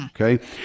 okay